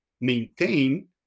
maintain